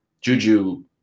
Juju